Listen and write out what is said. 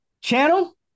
channel